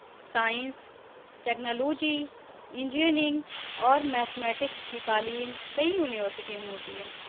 science technology engineering اور mathematics کی تعلیم کئی یونیورسٹیوں میں ہوتی ہے